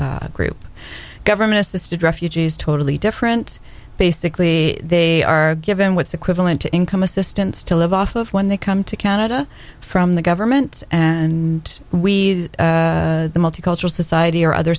sponsorship group government assisted refugees totally different basically they are given what's equivalent to income assistance to live off of when they come to canada from the government and we the multicultural society or other